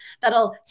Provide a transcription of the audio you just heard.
that'll